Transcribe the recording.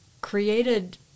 created